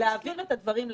להעביר את הדברים למח"ש.